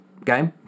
okay